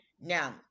Now